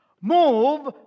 Move